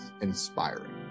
inspiring